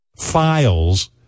files